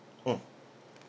mmhmm